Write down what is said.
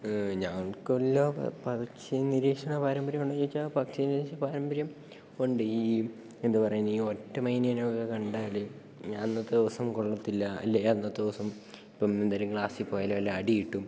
ഞങ്ങൾക്ക് എല്ലാ പക്ഷി നിരീക്ഷണ പാരമ്പര്യം ഉണ്ടോന്ന് ചോദിച്ചാൽ പക്ഷി നിരീക്ഷണ പാരമ്പര്യം ഉണ്ട് ഈ എന്താ പറയുന്നത് ഈ ഒറ്റ മൈനേനൊക്കെ കണ്ടാല് അന്നത്തെ ദിവസം കൊള്ളത്തില്ല അല്ലേ അന്നത്തവുസം ഇപ്പം എന്തോലും ക്ലാസ്സിൽ പോയാലും വല്ല അടി കിട്ടും